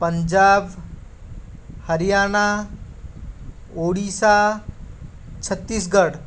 Punjab Haryana Orissa Chhattisgarh